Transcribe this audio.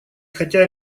хотя